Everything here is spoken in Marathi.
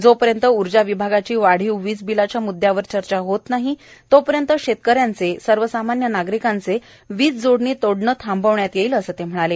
जोपर्यंत ऊर्जा विभागाची वाढीव वीज बिलाच्या मुददयावर चर्चा होत नाही तोपर्यंत शेतकऱ्यांचे सर्वसामान्य नागरिकांचे वीज जोडणी तोडणं थांबण्यात येईल असं ते म्हणाले